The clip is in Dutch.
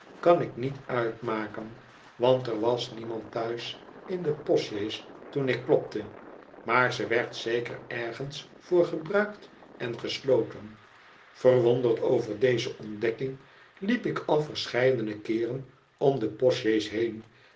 kan ik niet uitmaken want er was niemand thuis in de postsjees toen ik klopte maar ze werd zeker ergens voor gebruikt en gesloten verwonderd over deze ontdekking liep ik al verscheidene keeren om de postsjees heen